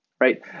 Right